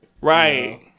Right